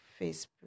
Facebook